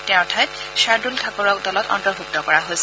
তেওঁৰ ঠাইত ছাৰদুল ঠাকুৰক দলত অন্তৰ্ভূক্ত কৰা হৈছে